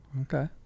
okay